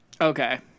Okay